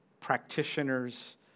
practitioners